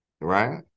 Right